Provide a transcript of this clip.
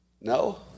No